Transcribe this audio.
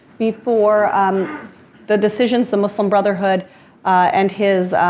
before um the decisions the muslim brotherhood and his,